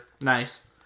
Nice